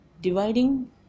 Dividing